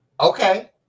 okay